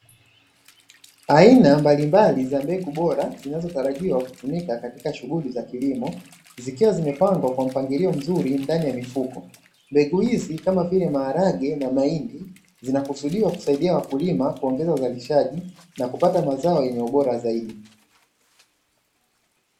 Aina mbalimbali za mbegu bora zinazotarajiwa kutumika katika shughuli za kilimo, zikiwa zimepangwa kwa mpangilio mzuri ndani ya mifuko. Mbegu hizi kama vile maharage namahindi zinakusudia kusaidia wakulima kuongeza uzalishaji, na kupata mazao yenye ubora zaidi.